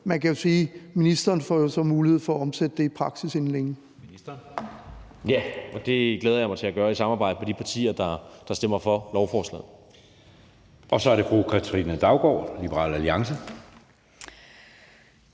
man kan sige, at ministeren jo så får mulighed for at omsætte det i praksis inden længe.